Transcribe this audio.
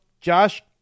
Josh